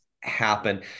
happen